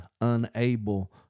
unable